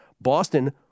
Boston